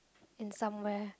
in somewhere